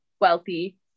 wealthy